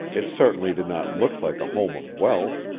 it certainly did not look like a home of wealth,